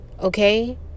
Okay